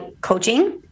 coaching